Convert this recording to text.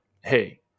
hey